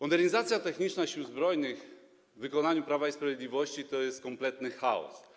Modernizacja techniczna Sił Zbrojnych w wykonaniu Prawa i Sprawiedliwości to jest kompletny chaos.